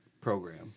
program